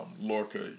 Lorca